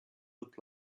look